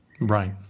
Right